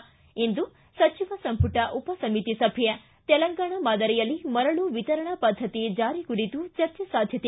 ್ಟಿ ಇಂದು ಸಚಿವ ಸಂಪುಟ ಉಪಸಮಿತಿ ಸಭೆ ತೆಲಂಗಾಣ ಮಾದರಿಯಲ್ಲಿ ಮರಳು ವಿತರಣಾ ಪದ್ಧತಿ ಜಾರಿ ಕುರಿತು ಚರ್ಚೆ ಸಾಧ್ಯತೆ